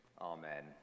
Amen